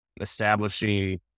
establishing